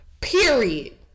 period